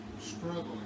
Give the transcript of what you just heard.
struggling